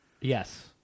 Yes